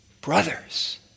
brothers